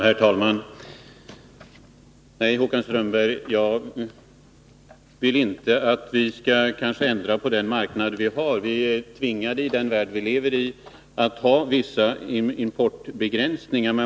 Herr talman! Nej, Håkan Strömberg, jag vill inte att vi skall ändra på den marknad vi har. Vi är i den värld vi lever i tvingade att ha vissa importbegränsningar.